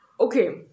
okay